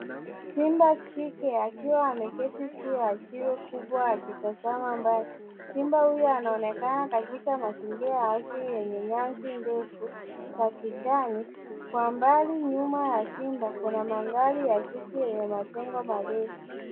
Simba jike akiwa ameketi juu ya jiwe kubwa akitazama mbali, simba huyu anaonekana katika mazingira ya asili yenye nyasi ndefu za kijani .Kwa mbali nyuma ya simba kuna mandhari ya jiji yenye majengo marefu.